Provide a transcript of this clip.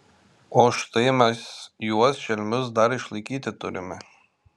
o štai mes juos šelmius dar išlaikyti turime